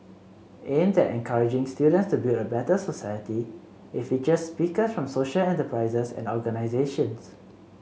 aimed at encouraging students to build a better society it features speakers from social enterprises and organisations